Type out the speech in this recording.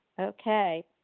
Okay